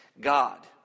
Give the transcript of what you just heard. God